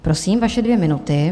Prosím, vaše dvě minuty.